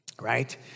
right